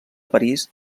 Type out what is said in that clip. parís